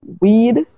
weed